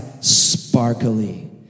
sparkly